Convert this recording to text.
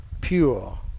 pure